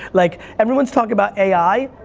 like everyone's talking about ai.